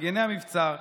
מגיני המבצר,